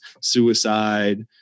suicide